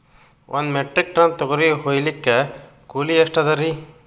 ಒಂದ್ metric ton ತೊಗರಿ ಹೋಯಿಲಿಕ್ಕ ಕೂಲಿ ಎಷ್ಟ ಅದರೀ?